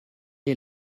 est